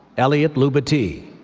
eliott loubatie,